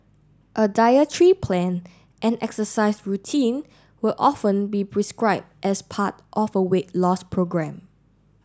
a dietary plan and exercise routine will often be prescribed as part of a weight loss programme